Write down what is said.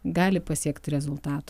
gali pasiekt rezultato